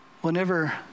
whenever